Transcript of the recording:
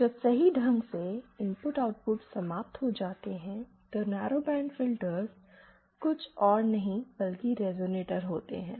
जब सही ढंग से इनपुट आउटपुट समाप्त हो जाता है तो नैरोबैंड फिल्टर्स कुछ और नहीं बल्कि रिजोनेटर होते हैं